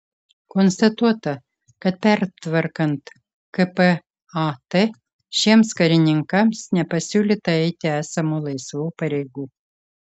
konstatuota kad pertvarkant kpat šiems karininkams nepasiūlyta eiti esamų laisvų pareigų